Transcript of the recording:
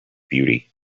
beauty